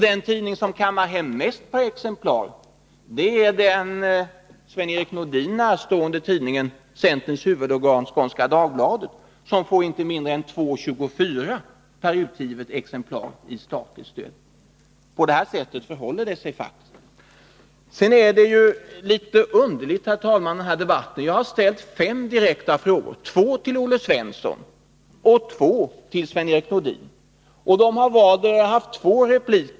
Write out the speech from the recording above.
Den tidning som kammar hem mest per exemplar är en Sven-Erik Nordin närstående tidning, centerns huvudorgan Skånska Dagbladet, som får inte mindre än 2:24 per utgivet exemplar i statligt stöd. På det här viset förhåller det sig faktiskt. I debatten har jag, herr talman, ställt fem direkta frågor, två till Olle Svensson, två till Sven-Erik Nordin och en som jag har riktat till dem båda.